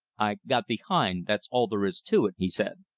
i got behind that's all there is to it, he said.